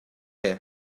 here